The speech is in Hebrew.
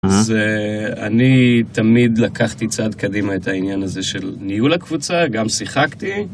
אז אני תמיד לקחתי צעד קדימה את העניין הזה של ניהול הקבוצה, גם שיחקתי.